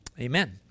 Amen